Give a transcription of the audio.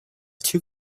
two